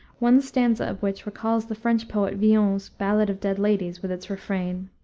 one stanza of which recalls the french poet villon's balade of dead ladies, with its refrain.